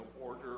order